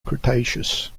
cretaceous